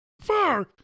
far